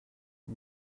les